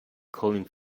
calling